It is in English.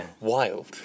wild